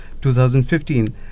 2015